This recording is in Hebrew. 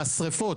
והשריפות,